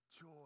joy